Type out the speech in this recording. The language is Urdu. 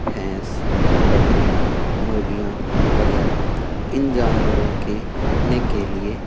بھینس بکری مرغیاں وغیرہ ان جانوروں کے رہنے کے لیے